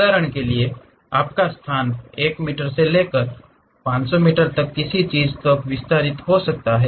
उदाहरण के लिए आपका स्थान १ मीटर से लेकर ५०० मीटर तक किसी चीज़ तक विस्तारित हो सकता है